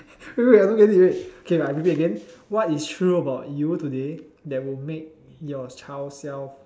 eh wait I don't get it wait K I repeat again what is true about you today that will make your child self